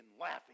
laughing